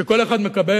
שכל אדם מקבל,